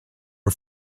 are